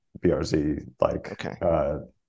BRZ-like